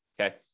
okay